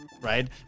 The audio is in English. right